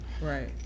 Right